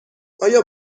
آیا